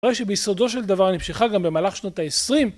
נראה שביסודו של דבר נמשכה גם במהלך שנות ה-20